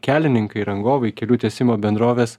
kelininkai rangovai kelių tiesimo bendrovės